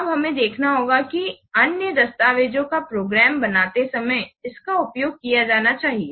अब हमें देखना होगा कि अन्य दस्तावेजोका प्रोग्राम बनाते समय इसका उपयोग किया जाना चाहिए